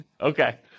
Okay